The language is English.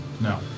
No